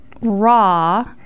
raw